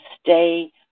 stay